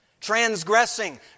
transgressing